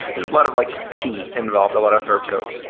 a lot of like t involved a lot of therp code